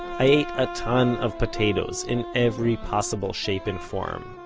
i ate a ton of potatoes, in every possible shape and form.